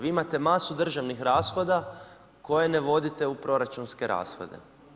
Vi imate masu državnih rashoda koje ne vodite u proračunske rashode.